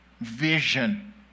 vision